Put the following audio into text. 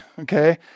okay